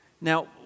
Now